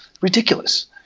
Ridiculous